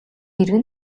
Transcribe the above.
эргэн